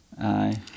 Aye